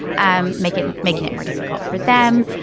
um make it making it more difficult for them.